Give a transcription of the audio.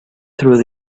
through